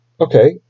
Okay